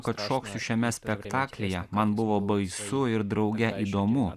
kad šoksiu šiame spektaklyje man buvo baisu ir drauge įdomu